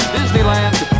Disneyland